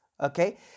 okay